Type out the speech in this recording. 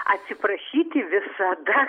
atsiprašyti visada